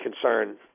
concern